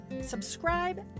subscribe